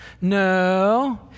No